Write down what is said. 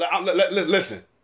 listen